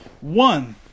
One